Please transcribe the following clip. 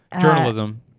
journalism